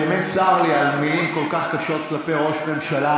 באמת צר לי על מילים כל כך קשות כלפי ראש ממשלה.